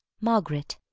margaret.